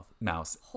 mouse